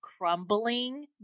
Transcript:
crumbling